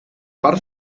part